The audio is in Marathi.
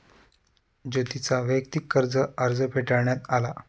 ज्योतीचा वैयक्तिक कर्ज अर्ज फेटाळण्यात आला